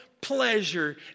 pleasure